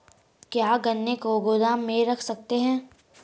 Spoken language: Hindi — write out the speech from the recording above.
क्या गन्ने को गोदाम में रख सकते हैं?